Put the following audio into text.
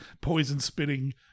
poison-spitting